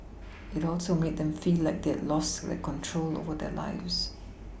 it also made them feel like they had lost their control over their lives